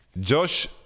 Josh